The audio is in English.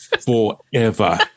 Forever